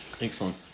Excellent